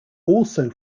also